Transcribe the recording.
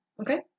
Okay